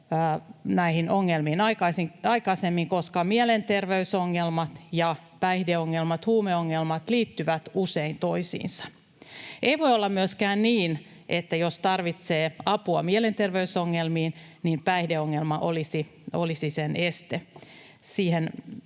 näihin ongelmiin aikaisemmin, koska mielenterveysongelmat ja päihdeongelmat, huumeongelmat, liittyvät usein toisiinsa. Ei voi olla myöskään niin, että jos tarvitsee apua mielenterveysongelmiin, niin päihdeongelma olisi sen este. Meidän